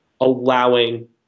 allowing